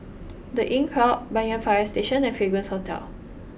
the Inncrowd Banyan Fire Station and Fragrance Hotel